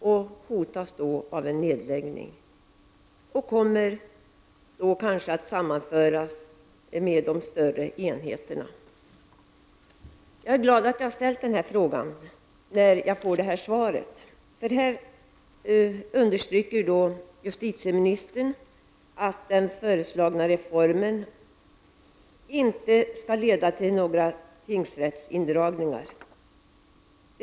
Därmed hotas de av nedläggning och sammanförs kanske med de större enheterna. Jag är glad över att jag ställde denna fråga med tanke på det svar som jag har fått. Justitieministern understryker att den föreslagna reformen inte skall leda till några indragningar av tingsrätter.